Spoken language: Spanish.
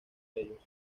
ellos